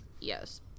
yes